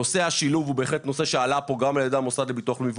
נושא השילוב הוא בהחלט נושא שעלה פה גם על ידי המוסד לביטוח לאומי,